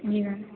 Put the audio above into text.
जी ma'am